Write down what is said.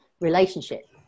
relationship